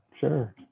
sure